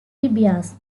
bias